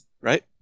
right